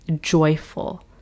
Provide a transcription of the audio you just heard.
joyful